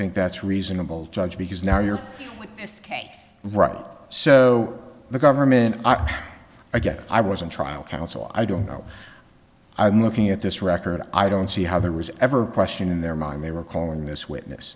think that's reasonable judge because now you're with this case right so the government i guess i wasn't trial counsel i don't know i'm looking at this record i don't see how there was ever question in their mind they were calling this witness